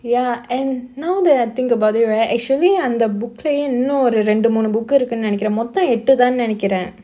ya and now that I think about it right actually அந்த:andha book lah இன்னும் ஒரு ரெண்டு மூணு:innum oru rendu moonu book இருக்கு நெனக்குற மொத்த எட்டுதா நெனைக்குற:irukku nenakkura motha ettuthaa nenaikkura